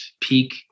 peak